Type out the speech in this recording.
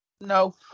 No